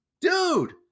dude